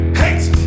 hate